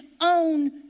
own